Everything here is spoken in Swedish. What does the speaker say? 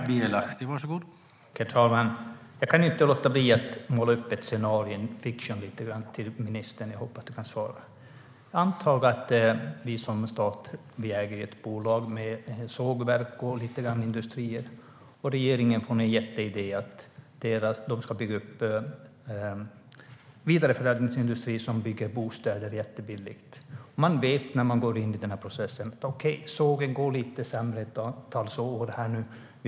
Herr talman! Jag kan inte låta bli att måla upp ett scenario, en fiction, för ministern. Anta att vi som stat äger ett bolag med ett sågverk och lite industrier och att regeringen får en jätteidé om att bygga upp en vidareförädlingsindustri som bygger bostäder jättebilligt. Man vet när man går in i den här processen att okej, sågen kommer att gå lite sämre under ett antal år.